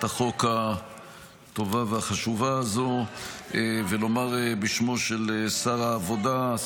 החוק הטובה והחשובה הזאת ולומר בשמו של שר העבודה,